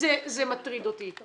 זה מטריד אותי.